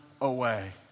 away